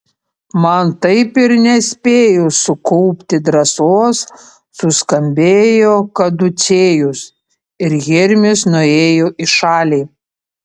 man taip ir nespėjus sukaupti drąsos suskambėjo kaducėjus ir hermis nuėjo į šalį